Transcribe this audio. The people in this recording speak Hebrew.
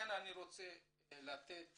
לכן אני מבקש לתת את